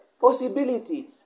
possibility